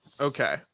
Okay